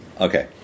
Okay